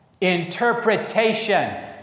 interpretation